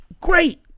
great